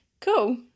cool